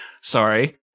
sorry